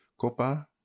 Copa